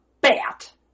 bat